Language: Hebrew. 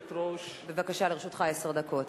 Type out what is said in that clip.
בבקשה, לרשותך עשר דקות.